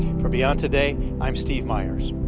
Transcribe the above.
for beyond today i'm steve myers.